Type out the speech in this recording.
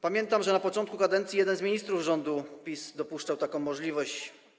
Pamiętam, że na początku kadencji jeden z ministrów rządu PiS dopuszczał taką możliwość.